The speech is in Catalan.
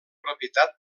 propietat